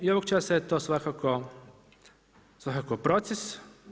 I ovog časa je to svakako proces.